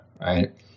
Right